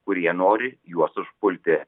kurie nori juos užpulti